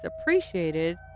appreciated